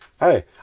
Hey